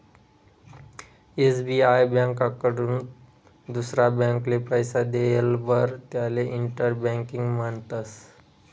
SBI ब्यांककडथून दुसरा ब्यांकले पैसा देयेलवर त्याले इंटर बँकिंग म्हणतस